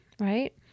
right